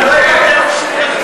אופיר,